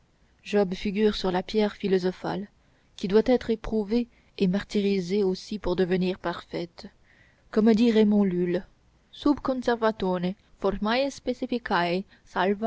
job figure sur la pierre philosophale qui doit être éprouvée et martyrisée aussi pour devenir parfaite comme dit raymond lulle sub